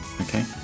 okay